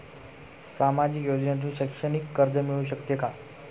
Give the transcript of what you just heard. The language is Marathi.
सामाजिक योजनेतून शैक्षणिक कर्ज मिळू शकते का?